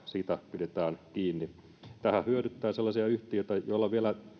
pidetään kiinni tämähän hyödyttää sellaisia yhtiöitä joilla vielä